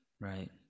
right